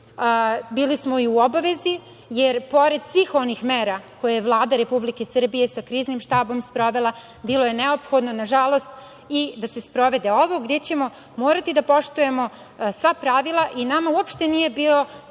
bili i u obavezi, jer pored svih onih mera koje je Vlada Republike Srbije sa Kriznim štabom sprovela, bilo je neophodno, nažalost, i da se sprovede ovo gde ćemo morati da poštujemo sva pravila i nama uopšte nije bio